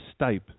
stipe